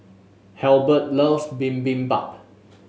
Halbert loves Bibimbap